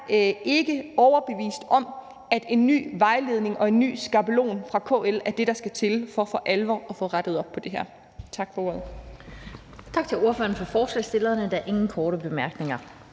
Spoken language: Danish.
ikke overbevist om, at en ny vejledning og en ny skabelon fra KL er det, der skal til, for for alvor at få rettet op på det her. Tak for ordet.